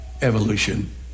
Evolution